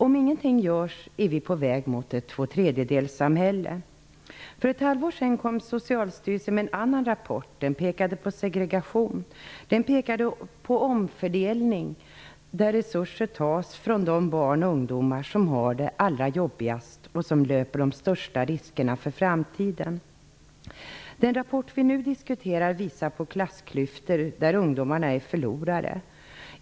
Om ingenting görs är vi på väg mot ett tvåtredjedelssamhälle. För ett halvår sedan kom Socialstyrelsen med en annan rapport. Den pekade på segregation. Den pekade på omfördelning där resurser tas från de barn och ungdomar som har det allra jobbigast och som löper de största riskerna för framtiden. Den rapport vi nu diskuterar visar på klassklyftor där ungdomarna är förlorare.